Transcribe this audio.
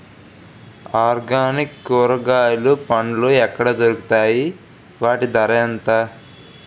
Organic కూరగాయలు పండ్లు ఎక్కడ దొరుకుతాయి? వాటి ధర ఎంత?